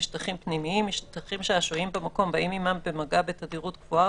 "משטחים פנימיים" משטחים שהשוהים במקום באים עמם במגע בתדירות גבוהה,